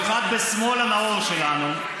במיוחד בשמאל הנאור שלנו,